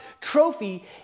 trophy